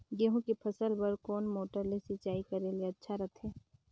गहूं के फसल बार कोन मोटर ले सिंचाई करे ले अच्छा रथे?